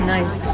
Nice